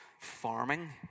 farming